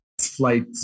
flight